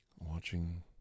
Watching